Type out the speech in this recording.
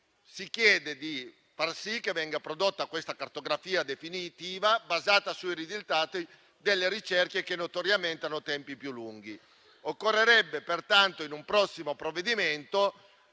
Si chiede di far sì che venga prodotta questa cartografia definitiva basata sui risultati delle ricerche, che notoriamente hanno tempi più lunghi. Occorrerebbe pertanto in un prossimo provvedimento